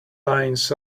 lines